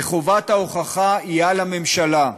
וחובת ההוכחה היא על הממשלה,